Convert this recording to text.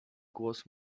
głos